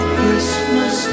Christmas